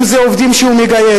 אם עובדים שהוא מגייס.